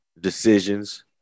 decisions